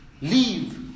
Leave